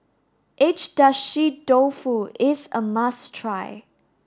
Agedashi Dofu is a must try